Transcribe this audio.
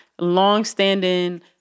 longstanding